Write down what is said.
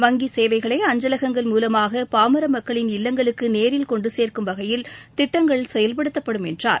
வங்கி சேவைகளை அஞ்சலகங்கள் மூலமாக பாமர மக்களின் இல்வங்களுக்கு நேரில் கொண்டு சேர்க்கும் வகையில் திட்டங்கள் செயல்படுத்தப்படும் என்றார்